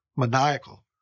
maniacal